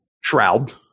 Shroud